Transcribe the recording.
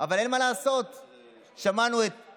זאת תוכנית קיימת מאושרת שאפשר לשווק אותה באופן מיידי,